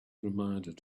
reminded